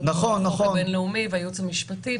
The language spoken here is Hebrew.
חיכוך עם החוק הבין-לאומי והייעוץ המשפטי.